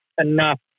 enough